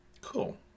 Cool